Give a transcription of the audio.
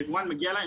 יבואן מגיע אלי,